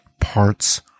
parts